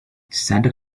santa